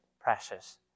precious